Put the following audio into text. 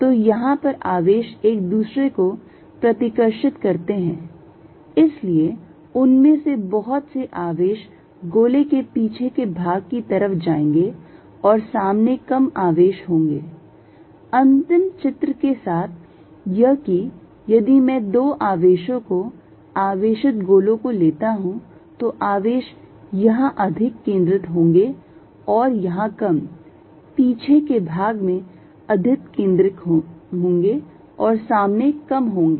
तो यहां पर आवेश एक दूसरे को प्रतिकर्षित करते हैं इसलिए उनमें से बहुत से आवेशित गोले के पीछे के भाग की तरफ जाएंगे और सामने कम आवेश होंगे अंतिम चित्र के साथ यह की यदि में दो आवेशों को आवेशित गोलो को लेता हूं तो आवेश यहां अधिक केंद्रित होंगे और यहां कम पीछे के भाग में अधिक केंद्रित होंगे और सामने कम होंगे